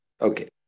Okay